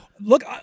look